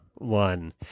One